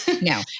No